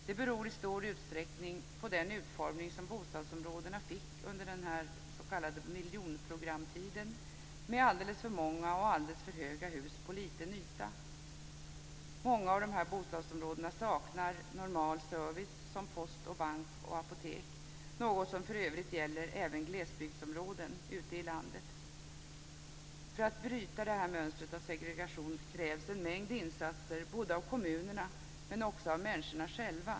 Det beror i stor utsträckning på den utformning som bostadsområdena fick under den s.k. miljonprogramtiden, med alldeles för många och alldeles för höga hus på liten yta. Många av dessa bostadsområden saknar normal service som post, bank och apotek, något som för övrigt gäller även glesbygdsområden ute i landet. För att bryta detta mönster av segregation krävs en mängd insatser både av kommunerna och av människorna själva.